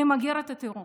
למגר את הטרור.